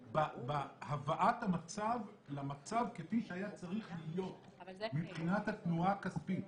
בהבאת המצב למצב כפי שהיה צריך להיות מבחינת התנועה הכספית,